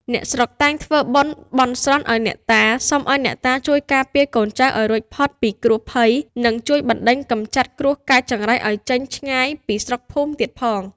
អ្នកស្រុកតែងធ្វើបុណ្យបន់ស្រន់ឱ្យអ្នកតា សុំឱ្យអ្នកតាជួយការពារកូនចៅឱ្យរួចពីគ្រោះភ័យ និងជួយបណ្ដេញកំចាត់គ្រោះកាចចង្រៃឱ្យចេញឆ្ងាយពីភូមិស្រុកទៀតផង។